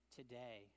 today